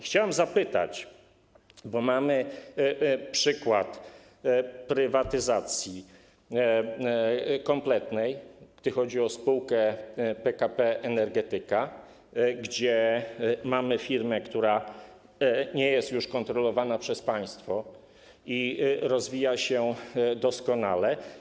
Chciałbym zapytać, bo mamy przykład prywatyzacji kompletnej, gdy chodzi o spółkę PKP Energetyka, gdzie mamy firmę, która nie jest już kontrolowana przez państwo i rozwija się doskonale.